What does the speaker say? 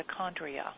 mitochondria